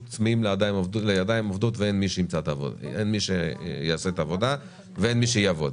צמאים לידיים עובדים ואין מי שיעשה את העבודה ואין מי שיעבוד.